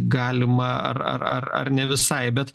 galima ar ar ar ar ne visai bet